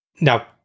Now